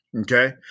okay